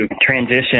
transition